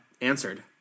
answered